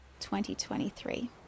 2023